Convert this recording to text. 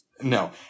No